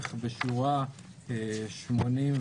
בהמשך בשורה 84,